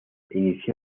inició